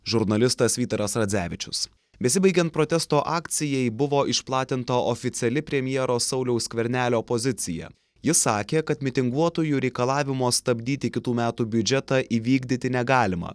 žurnalistas vytaras radzevičius besibaigiant protesto akcijai buvo išplatinta oficiali premjero sauliaus skvernelio pozicija jis sakė kad mitinguotojų reikalavimo stabdyti kitų metų biudžetą įvykdyti negalima